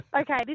Okay